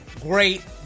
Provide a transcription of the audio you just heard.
great